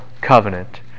covenant